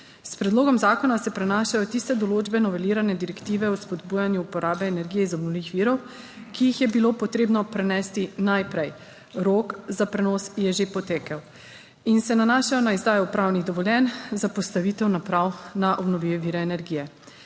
S predlogom zakona se prenašajo tiste določbe novelirane direktive o spodbujanju uporabe energije iz obnovljivih virov, ki jih je bilo potrebno prenesti najprej, rok za prenos je že potekel, in se nanašajo na izdajo upravnih dovoljenj za postavitev naprav na obnovljive vire energije.